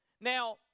Now